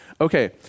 Okay